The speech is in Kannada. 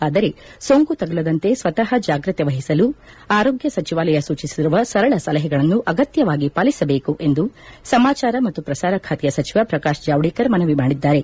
ಆದರೆ ಸೋಂಕು ತಗುಲದಂತೆ ಸ್ತತಃ ಜಾಗ್ರತೆ ವಹಿಸಲು ಆರೋಗ್ಯ ಸಚಿವಾಲಯ ಸೂಚಿಸಿರುವ ಸರಳ ಸಲಹೆಗಳನ್ನು ಅಗತ್ನವಾಗಿ ಪಾಲಿಸಬೇಕು ಎಂದು ಸಮಾಚಾರ ಮತ್ತು ಪ್ರಸಾರ ಖಾತೆಯ ಸಚಿವ ಪ್ರಕಾಶ್ ಜಾವಡೇಕರ್ ಮನವಿ ಮಾಡಿದ್ದಾರೆ